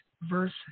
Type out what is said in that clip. verse